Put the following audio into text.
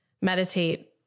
meditate